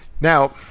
Now